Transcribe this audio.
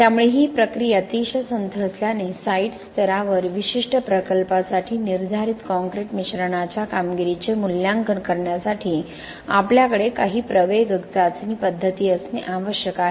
त्यामुळे ही प्रक्रिया अतिशय संथ असल्याने साइट स्तरावर विशिष्ट प्रकल्पासाठी निर्धारित कॉंक्रीट मिश्रणाच्या कामगिरीचे मूल्यांकन करण्यासाठी आपल्याकडे काही प्रवेगक चाचणी पद्धती असणे आवश्यक आहे